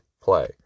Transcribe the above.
play